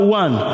one